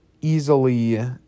easily